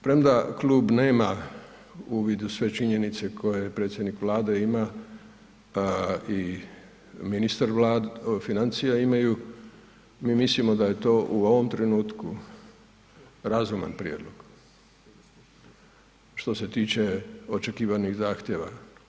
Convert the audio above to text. Premda klub nema uvid u sve činjenice koje predsjednik Vlade ima i ministar financija imaju, mi mislimo da je to u ovom trenutku razuman prijedlog što se tiče očekivanih zahtjeva.